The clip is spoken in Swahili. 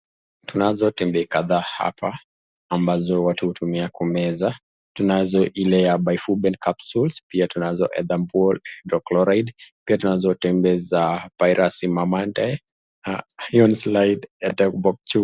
Tunazo tembea kadhaa hapa ambazo watu hutumia kumeza, tunazo ile ya bifubel capsules, pia tunazo ethambutol hydrochloride, pia tunazo tembe za pyrazinamide, isoniazid...